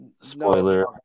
spoiler